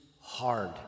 hard